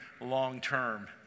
long-term